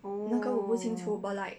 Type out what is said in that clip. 那个我不清楚 but like